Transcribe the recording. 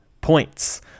points